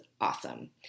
awesome